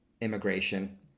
immigration